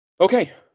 Okay